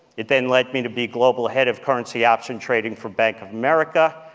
it then led me to be global head of currency option trading for bank of america,